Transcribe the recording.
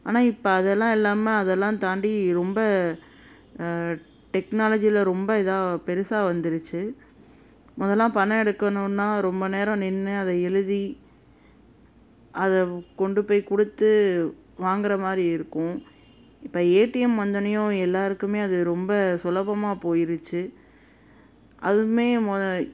ஆனால் இப்போ அதெல்லாம் இல்லாமல் அதெல்லாம் தாண்டி ரொம்ப டெக்னாலஜியில ரொம்ப இதாக பெருசாக வந்துருச்சு முதலாம் பணம் எடுக்கணுன்னா ரொம்ப நேரம் நின்று அதை எழுதி அதை கொண்டு போய் கொடுத்து வாங்குகிறமாரி இருக்கும் இப்போ ஏடிஎம் வந்தோடனையும் எல்லாருக்குமே அது ரொம்ப சுலபமாக போயிடுச்சு அதுவுமே மொ